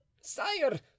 sire